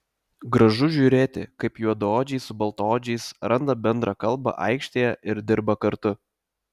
gražu žiūrėti kaip juodaodžiai su baltaodžiais randa bendrą kalbą aikštėje ir dirba kartu